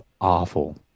awful